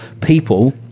people